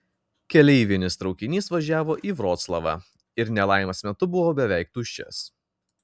keleivinis traukinys važiavo į vroclavą ir nelaimės metu buvo beveik tuščias